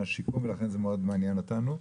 השיכון ולכן זה מעניין אותנו מאוד.